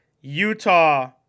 Utah